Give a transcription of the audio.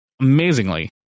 amazingly